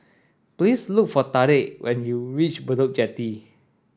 please look for Tarik when you reach Bedok Jetty